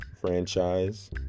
Franchise